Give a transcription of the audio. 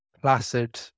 Placid